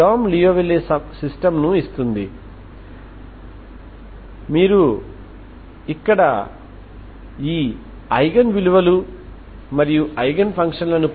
ఇప్పుడు ఇవి ఈ సందర్భంలో ఐగెన్ విలువలు మరియు ఐగెన్ ఫంక్షన్ లు